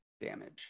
damage